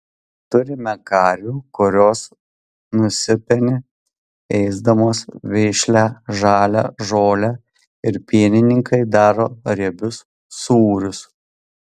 turime karvių kurios nusipeni ėsdamos vešlią žalią žolę ir pienininkai daro riebius sūrius